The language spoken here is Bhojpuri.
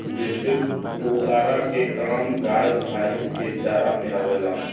जेसे पुआरा के काम गाय भैईस के चारा में आवेला